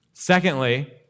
Secondly